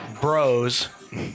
bros